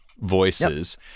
voices